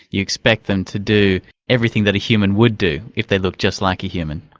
you expect them to do everything that a human would do if they looked just like a human.